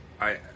I-